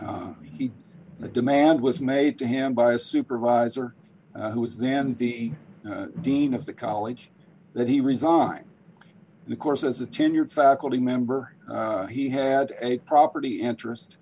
the demand was made to him by a supervisor who was then d dean of the college that he resigned and of course as a tenured faculty member he had a property interest